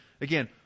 Again